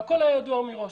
והכול היה ידוע מראש.